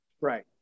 Right